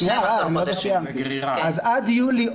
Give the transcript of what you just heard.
עד יולי,